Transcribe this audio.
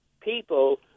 people